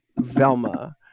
Velma